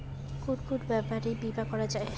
কুন কুন ব্যাপারে বীমা করা যায়?